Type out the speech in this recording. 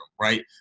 right